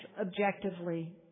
objectively